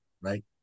right